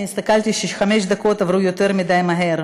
אני רואה שחמש הדקות עברו יותר מדי מהר.